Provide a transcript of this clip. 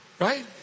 Right